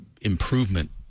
improvement